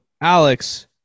Alex